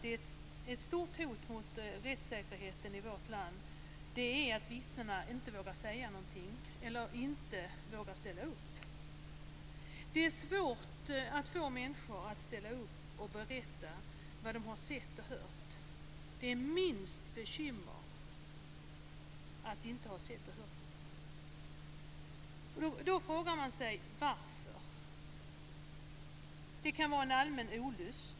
Det är ett stort hot mot rättssäkerheten i vårt land att vittnen inte vågar säga någonting eller inte vågar ställa upp. Det är svårt att få människor att ställa upp och berätta vad de har sett och hört. Det är minst bekymmer att inte ha sett och hört något. Man kan fråga sig varför. Det kan vara en allmän olust.